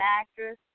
actress